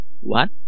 What